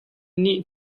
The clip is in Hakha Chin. nih